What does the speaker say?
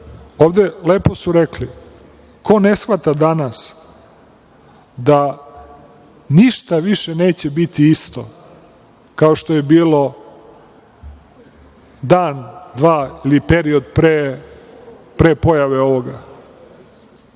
ovde su lepo rekli, ko ne shvata danas da ništa više neće biti isto, kao što je bilo dan, dva ili pet od pre pojave ovog.